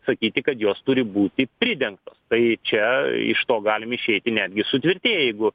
sakyti kad jos turi būti pridengtos tai čia iš to galime išeiti netgi sutvirtėję jeigu